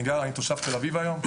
אני תושב תל אביב היום.